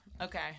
Okay